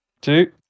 two